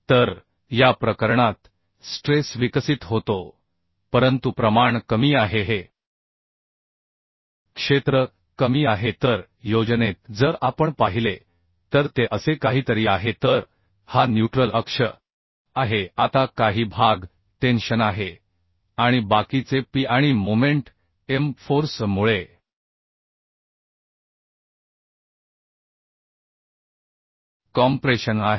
तर या प्रकरणात स्ट्रेस विकसित होतो परंतु प्रमाण कमी आहे हे क्षेत्र कमी आहे तर योजनेत जर आपण पाहिले तर ते असे काहीतरी आहे तर हा न्यूट्रल अक्ष आहे आता काही भाग टेन्शन आहे आणि बाकीचे p आणि मोमेंट m फोर्स मुळे कॉम्प्रेशन आहेत